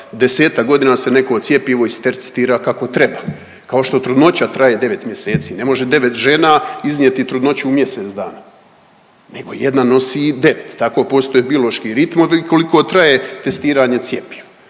10-tak godina se neko cjepivo istestira kako treba, kao što trudnoća traje 9 mjeseci, ne može 9 žena iznijeti trudnoću u mjesec dana nego jedna nosi 9, tako postoje biološki ritmovi koliko traje testiranje cjepiva.